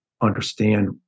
understand